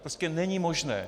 To prostě není možné!